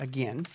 Again